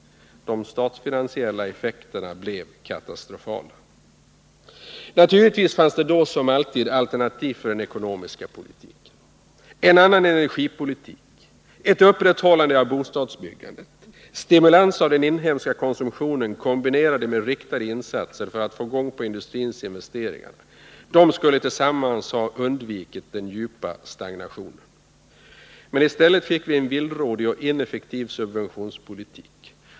De statsfinansiella effekterna blev katastrofala. Naturligtvis fanns det, då som alltid, alternativ för den ekonomiska politiken: En annan energipolitik, ett upprätthållande av bostadsbyggandet, stimulans av den inhemska konsumtionen i kombination med riktade insatser för att få fart på industrins investeringar, skulle tillsammans ha undvikit den djupa stagnationen. Men i stället fick vi en villrådig och ineffektiv subventionspolitik.